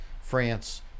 France